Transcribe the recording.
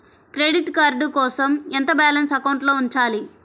Credit card కోసం ఎంత balance అకౌంట్లో ఉంచాలి?